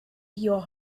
your